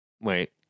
wait